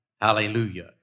Hallelujah